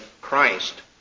Christ